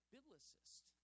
Biblicist